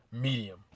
medium